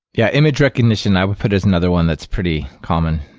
yeah, image recognition, i would put as another one that's pretty common.